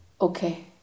Okay